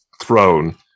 throne